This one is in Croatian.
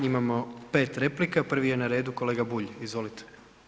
Imamo 5 replika, prvi je na redu kolega Bulj, izvolite.